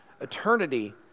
Eternity